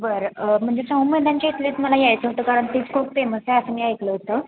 बरं म्हणजे शाहू मैदानाच्या इकडेच मला यायचं होतं कारण तेच खूप फेमस आहे असं मी ऐकलं होतं